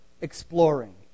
exploring